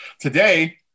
Today